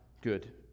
good